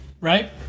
right